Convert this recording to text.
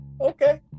Okay